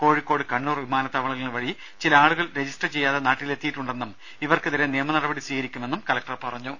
കോഴിക്കോട് കണ്ണൂർ വിമാനത്താവളങ്ങൾ വഴി വന്ന ചില ആളുകൾ രജിസ്റ്റർ ചെയ്യാതെ നാട്ടിലെത്തിയിട്ടുണ്ടെന്നും ഇവർക്കെതിരെ നിയമ നടപടി സ്വീകരിക്കുമെന്നും കലക്ടർ പറഞ്ഞു